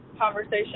conversation